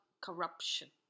corruption